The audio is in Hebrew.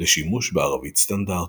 לשימוש בערבית סטנדרטית.